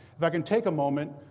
if i can take a moment,